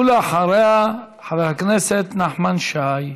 ואחריה, חבר הכנסת נחמן שי.